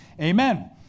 Amen